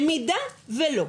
במידה ולא,